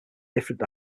different